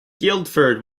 guildford